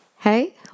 hey